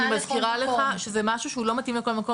אני מזכירה לך שזה משהו שהוא לא מתאים לכל מקום,